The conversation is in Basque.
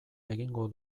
egingo